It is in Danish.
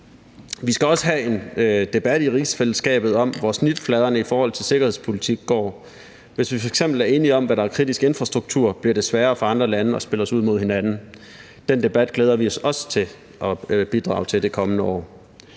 Vi skal også have en debat i rigsfællesskabet om, hvor snitfladerne i forhold til sikkerhedspolitik går. Hvis vi f.eks. er enige om, hvad der er kritisk infrastruktur, bliver det sværere for andre lande at spille os ud mod hinanden; den debat glæder vi os også til at bidrage til i det kommende år.